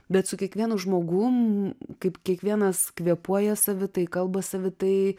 bet su kiekvienu žmogum kaip kiekvienas kvėpuoja savitai kalba savitai